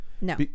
No